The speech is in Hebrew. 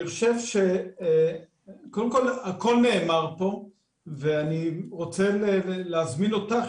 אני חושב שהכול נאמר פה ואני רוצה להזמין אותך,